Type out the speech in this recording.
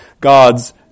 God's